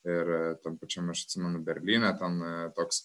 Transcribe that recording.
ir tam pačiam aš atsimenu berlyne ten toks